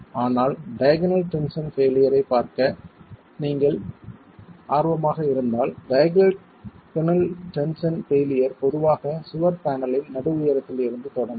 ஆனால் diagonal tension failure ஐ ப் பார்க்க நீங்கள் ஆர்வமாக இருந்தால் டயகனல் டென்ஷன் பெயிலியர் பொதுவாக சுவர் பேனலின் நடு உயரத்தில் இருந்து தொடங்கும்